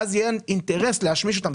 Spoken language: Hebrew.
מה שיהווה תמריץ לאנשים להשמיש אותו.